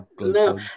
No